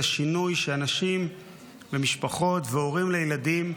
השינוי הוא שאנשים ומשפחות והורים לילדים,